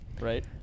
right